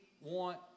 want